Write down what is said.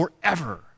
forever